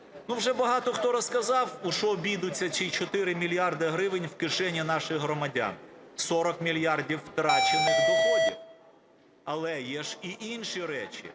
Ну, вже багато, хто розказав у що обійдуться ці 4 мільярди гривень в кишені наших громадян – 40 мільярдів втрачених доходів. Але ж є і інші речі